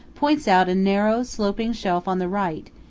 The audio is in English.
points out a narrow sloping shelf on the right,